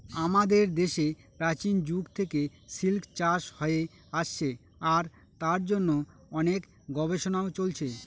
আমাদের দেশে প্রাচীন যুগ থেকে সিল্ক চাষ হয়ে আসছে আর তার জন্য অনেক গবেষণাও চলছে